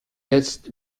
jetzt